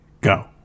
go